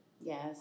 yes